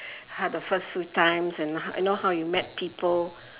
had the first few times and how you know how you met people